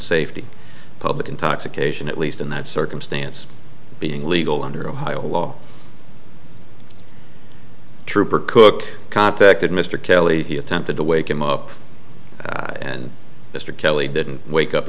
safety public intoxication at least in that circumstance being legal under ohio law trooper cook contacted mr kelly he attempted to wake him up and mr kelly didn't wake up